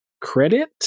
credit